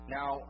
Now